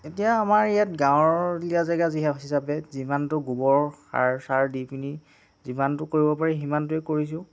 এতিয়া আমাৰ ইয়াত গাৱঁলীয়া জেগা হিচাপে যিমানটো গোবৰ সাৰ চাৰ দি পিনি যিমানটো কৰিব পাৰি সিমানটোৱে কৰিছোঁ